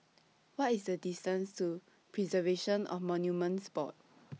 What IS The distance to Preservation of Monuments Board